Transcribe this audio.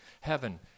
heaven